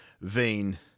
vein